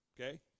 Okay